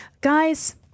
guys